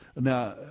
Now